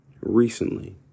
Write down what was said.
Recently